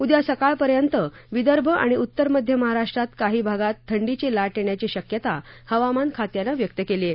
उद्या सकाळपर्यंतच्या विदर्भ आणि उत्तर मध्य महाराष्ट्रात काही भागात थंडीची लाट येण्याची शक्यता हवामान खात्यानं व्यक्त केली आहे